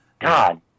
God